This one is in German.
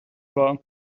war